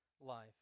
life